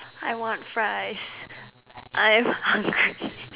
I want fries I am hungry